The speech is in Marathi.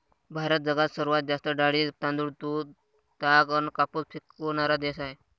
भारत जगात सर्वात जास्त डाळी, तांदूळ, दूध, ताग अन कापूस पिकवनारा देश हाय